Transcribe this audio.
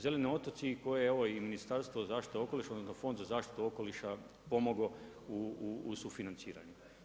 Zeleni otoci koje evo Ministarstvo zaštite okoliša, odnosno Fond za zaštitu okoliša pomogao u sufinanciranju.